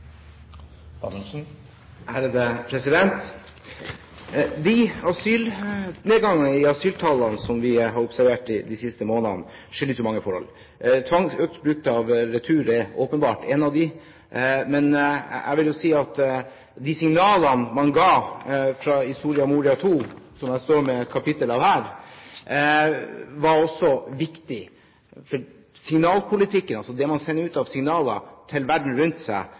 nedgangen i asyltallene som vi har observert de siste månedene, skyldes mange forhold. Tvang og økt bruk av retur er åpenbart en av dem, men jeg vil si at de signalene man ga i Soria Moria II, som jeg står med et kapittel av her, også var viktig. Signalpolitikken – det man sender ut av signaler til verden rundt seg